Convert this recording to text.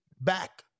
back